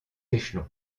échelon